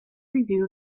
review